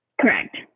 Correct